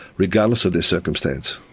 regardless of their circumstance.